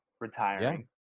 retiring